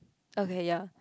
okay ya